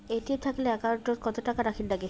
ATM থাকিলে account ওত কত টাকা রাখীর নাগে?